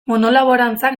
monolaborantzak